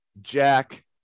Jack